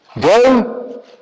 Go